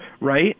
right